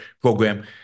program